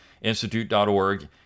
institute.org